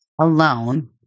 alone